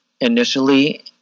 initially